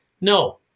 No